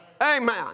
Amen